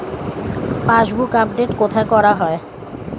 Passbook update কোথায় করা হয়?